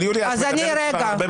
אבל יוליה, את מדברת הרבה מאוד זמן.